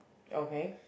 okay